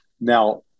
Now